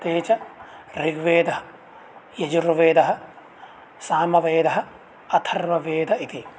ते च ऋग्वेदः यजुर्वेदः सामवेदः अथर्ववेदः इति